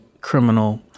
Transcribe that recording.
criminal